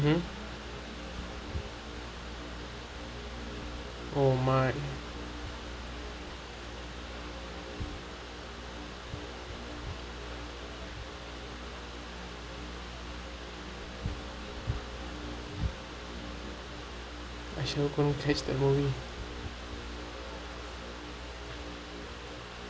mm oh my I should have go and test that movie